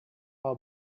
how